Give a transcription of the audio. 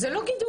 זה לא גידול.